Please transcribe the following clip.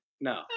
No